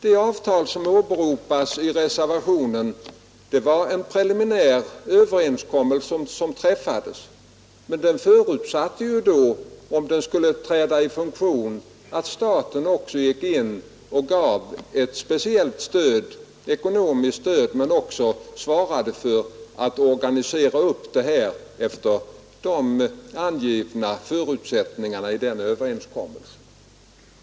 Det avtal som åberopas i reservationen 1 var en preliminär överenskommelse som träffades, men för att den skulle träda i funktion förutsattes att staten gick in med ett speciellt ekonomiskt stöd och ocks organisera upp det hela efter de riktlinjer som angavs i överenskommelsen.